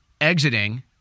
exiting